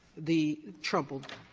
the troubled,